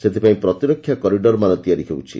ସେଥିପାଇଁ ପ୍ରତିରକ୍ଷା କରିଡ଼ରମାନ ତିଆରି ହେଉଛି